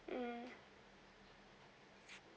mm